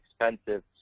expensive